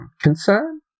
Concern